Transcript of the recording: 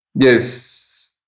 Yes